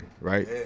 right